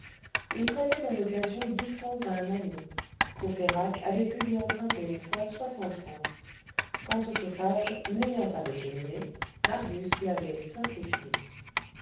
il prêtait dans l'occasion dix francs à un ami courfeyrac avait pu lui emprunter une fois soixante francs quant au chauffage n'ayant pas de cheminée marius l'avait simplifié